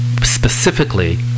specifically